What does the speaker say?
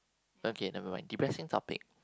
okay never mind depressing topic